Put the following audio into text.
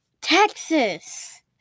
Texas